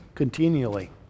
continually